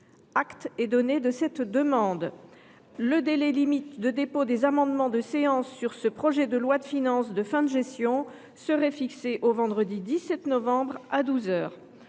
Acte est donné de cette demande. Le délai limite de dépôt des amendements de séance sur ce projet de loi de finances de fin de gestion serait fixé au vendredi 17 novembre à